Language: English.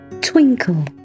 twinkle